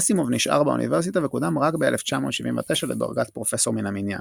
אסימוב נשאר באוניברסיטה וקודם רק ב־1979 לדרגת פרופסור מן המניין.